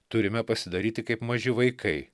turime pasidaryti kaip maži vaikai